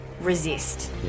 resist